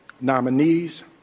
nominees